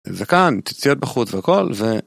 זקן ציציות בחוץ וכל זה.